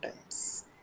times